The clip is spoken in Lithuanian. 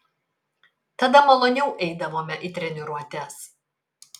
tada maloniau eidavome į treniruotes